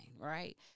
right